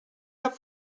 have